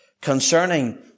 concerning